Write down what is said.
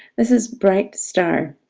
this is bright star.